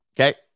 Okay